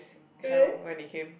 hell when it came